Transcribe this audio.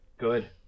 Good